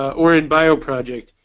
or in bio project,